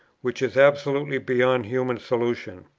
which is absolutely beyond human solution.